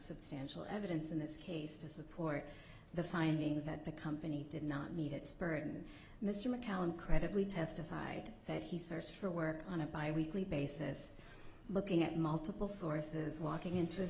substantial evidence in this case to support the finding that the company did not meet its burden mr mccallum credibly testified that he searched for work on a bi weekly basis looking at multiple sources walking int